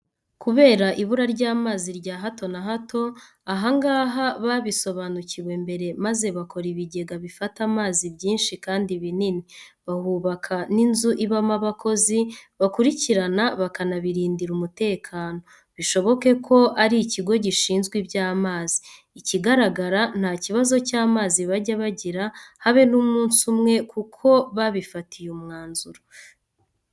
Kubera ibura ry'amazi rya hato na hato, aha ngaha babisobanukiwe mbere maze bakora ibigega bifata amazi byinshi kandi binini, bahubaka n'inzu ibamo abakozi bakurikirana bakanabirindira umutekano, bishoboke ko ari ikigo gishinzwe iby'amazi. Ikigaragara nta kibazo cy'amazi bajya bagira habe n'umunsi umwe kuko babifatiye umwanzuro.